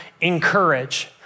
encourage